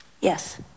Yes